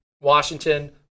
Washington